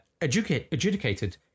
Adjudicated